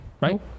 right